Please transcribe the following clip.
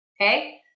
okay